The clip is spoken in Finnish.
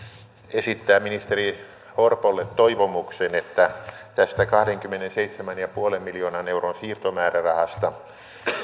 esittää ministeri orpolle toivomuksen että tästä kahdenkymmenenseitsemän pilkku viiden miljoonan euron siirtomäärärahasta